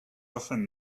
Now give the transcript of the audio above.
often